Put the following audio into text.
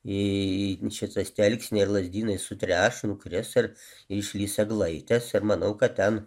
į į šitas elksniai ir lazdynai sutreš nukris ir išlįs eglaitės ir manau kad ten